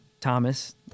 Thomas